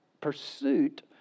pursuit